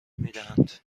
میدهند